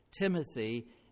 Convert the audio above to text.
Timothy